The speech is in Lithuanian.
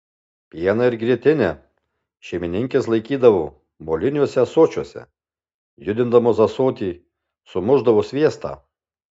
pieną ir grietinę šeimininkės laikydavo moliniuose ąsočiuose judindamos ąsotį sumušdavo sviestą